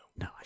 No